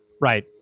Right